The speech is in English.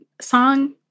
song